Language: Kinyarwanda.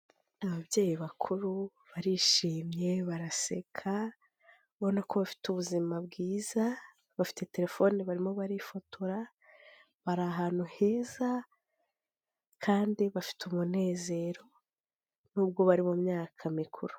Ababyeyi bakuru barishimye baraseka ubona ko bafite ubuzima bwiza bafite telefoni barimo barifotora, bari ahantu heza kandi bafite umunezero n'ubwo bari mu myaka mikuru.